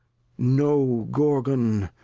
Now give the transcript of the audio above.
no, gorgon,